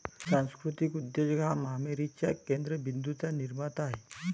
सांस्कृतिक उद्योजक हा महामारीच्या केंद्र बिंदूंचा निर्माता आहे